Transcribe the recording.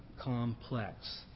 complex